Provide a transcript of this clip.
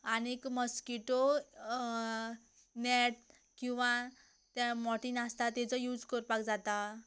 आनी mosquito net किंवा तें मॉर्टिन आसता ताजो यूज करपाक जाता